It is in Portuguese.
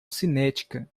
cinética